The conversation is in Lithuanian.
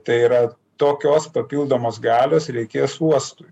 tai yra tokios papildomos galios reikės uostui